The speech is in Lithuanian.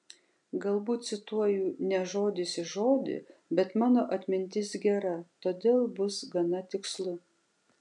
galbūt cituoju ne žodis į žodį bet mano atmintis gera todėl bus gana tikslu